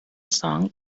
song